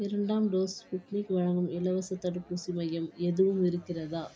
இரண்டாம் dose Sputnik வழங்கும் இலவச தடுப்பூசி மையம் எதுவும் இருக்கிறதா